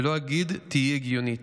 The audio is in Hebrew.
ולא אגיד: תהיי הגיונית.